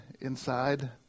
inside